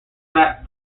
fat